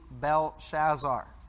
Belshazzar